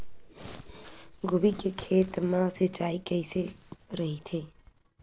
गोभी के खेत मा सिंचाई कइसे रहिथे?